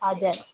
हजुर